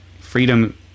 freedom